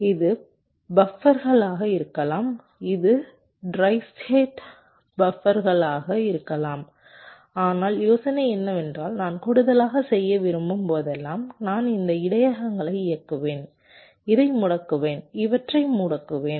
இது பஃப்பர்களாக இருக்கலாம் இது ட்ரை ஸ்டேட் பஃப்பர்களாக இருக்கலாம் ஆனால் யோசனை என்னவென்றால் நான் கூடுதலாக செய்ய விரும்பும் போதெல்லாம் நான் இந்த இடையகங்களை இயக்குவேன் இதை முடக்குவேன் இவற்றை முடக்குவேன்